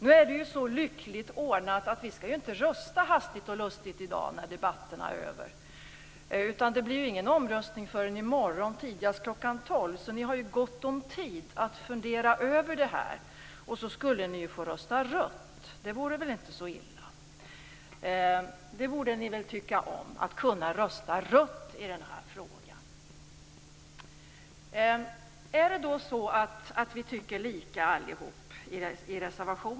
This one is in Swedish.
Nu är det så lyckligt ordnat att vi inte skall rösta hastigt och lustigt i dag när debatterna är över. Det blir ingen omröstning förrän i morgon tidigast kl. 12.00, så ni har ju gott om tid att fundera över det här, och ni skulle få rösta rött. Det vore väl inte så illa, ni borde väl tycka om att få rösta rött i den här frågan. Är det så att vi alla tycker lika?